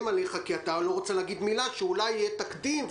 עליך כי אתה לא רוצה להגיד מילה שמא אולי יהיה תקדים.